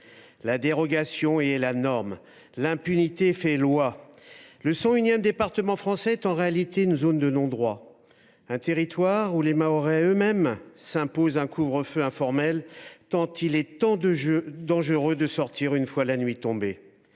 La dérogation est la norme ; l’impunité fait loi. Le cent unième département français est en réalité une zone de non droit, un territoire où les Mahorais eux mêmes s’imposent un couvre feu informel tant il est tant dangereux de sortir une fois la nuit tombée.